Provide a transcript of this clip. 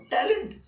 Talent